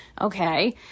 Okay